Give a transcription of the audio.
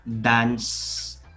dance